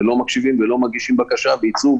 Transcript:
לא מגישים בקשה וייצאו,